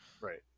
Right